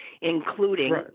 including